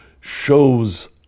shows